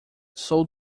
sou